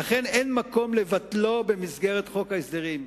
ולכן אין מקום לבטלו במסגרת חוק ההסדרים.